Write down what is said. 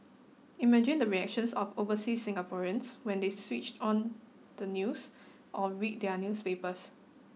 imagine the reactions of oversea Singaporeans when they switched on the news or read their newspapers